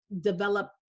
develop